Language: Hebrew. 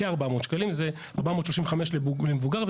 435 שקלים למבוגר,